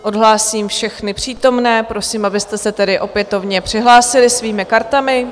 Odhlásím všechny přítomné, prosím, abyste se tedy opětovně přihlásili svými kartami.